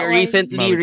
recently